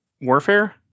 warfare